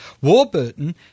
Warburton